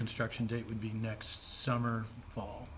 construction date would be next summer fall